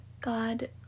God